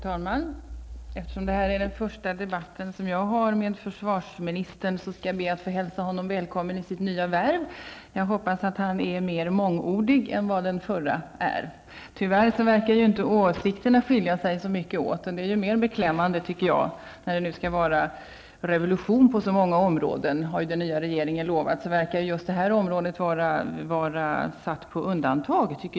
Fru talman! Eftersom detta är den första debatt som jag har med den nye försvarsministern, skall jag be att få hälsa honom välkommen i hans nya värv. Jag hoppas att han är mer mångordig än den förre. Tyvärr verkar inte åsikterna skilja sig så mycket åt, och det är beklämmande, tycker jag. När det nu skall vara revolution på så många områden enligt vad den nya regeringen har lovat, verkar det här området vara satt på undantag.